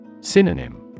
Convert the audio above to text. Synonym